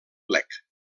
plec